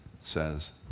says